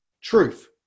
truth